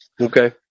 Okay